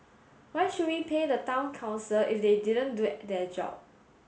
why should we pay the Town Council if they didn't do their job